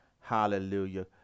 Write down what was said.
hallelujah